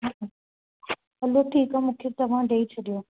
हलो ठीकु आहे मूंखे तव्हां ॾेई छॾियो